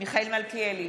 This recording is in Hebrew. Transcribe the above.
מיכאל מלכיאלי,